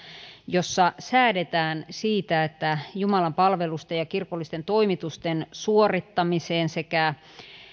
jossa säädetään siitä että jumalanpalvelusten ja kirkollisten toimitusten suorittamiseen sekä